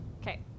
Okay